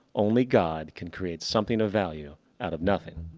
only god can create something of value out of nothing.